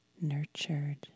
nurtured